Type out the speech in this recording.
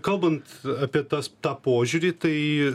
kalbant apie tas tą požiūrį tai